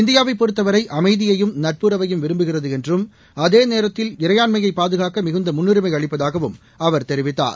இந்தியாவைப் பொறுத்தவரை அமைதியையும் நட்புறவையும் விரும்புகிறது என்றும் அதேநேரத்தில் இறையாண்மையை பாதுகாக்க மிகுந்த முன்னுரிமை அளிப்பதாகவும் அவர் தெரிவித்தார்